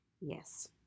Yes